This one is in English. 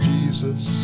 Jesus